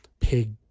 pig